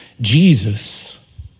Jesus